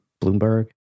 Bloomberg